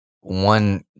one